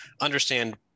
understand